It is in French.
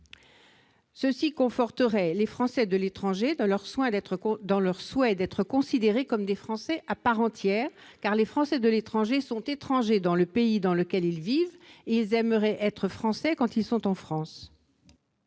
nature à conforter les Français de l'étranger dans leur souhait d'être considérés comme des Français à part entière, car ils sont étrangers dans le pays dans lequel ils vivent et aimeraient être Français quand ils sont en France.